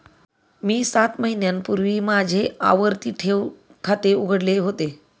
मी सात महिन्यांपूर्वी माझे आवर्ती ठेव खाते उघडले होते